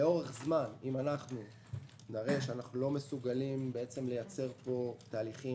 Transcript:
לאורך זמן אם אנחנו נראה שאנחנו לא מסוגלים לייצר תהליכים